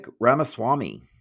Ramaswamy